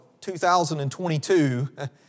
2022